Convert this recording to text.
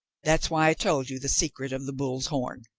that's why i told you the secret of the bull's horn.